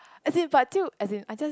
as in but as in I just